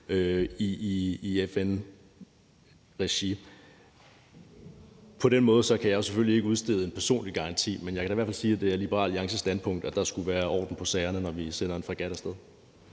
i FN-regi. På den måde kan jeg selvfølgelig ikke udstede en personlig garanti, men jeg kan da i hvert fald sige, at det er Liberal Alliances standpunkt, at der skulle være orden i sagerne, når vi sender en fregat af sted.